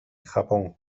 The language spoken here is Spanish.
japón